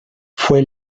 fue